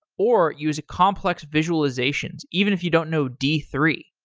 or use complex visualizations even if you don't know d three.